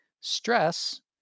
stress